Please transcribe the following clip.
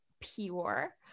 pure